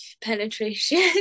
penetration